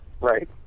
right